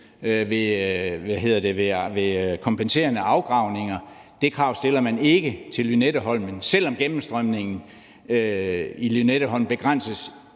ved kompenserende afgravninger. Det krav stiller man ikke til Lynetteholmen, selv om gennemstrømningen i Øresund begrænses